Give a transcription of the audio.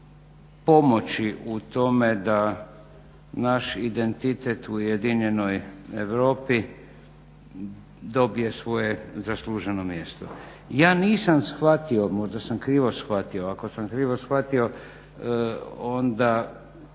pomoći u tome da naš identitet u ujedinjenoj Europi dobije svoje zasluženo mjesto. Ja nisam shvatio, možda sam krivo shvatio, ako sam krivo shvatio onda